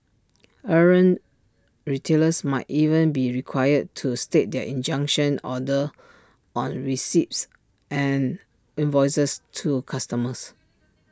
errant retailers might even be required to state their injunction order on receipts and invoices to customers